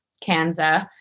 Kansas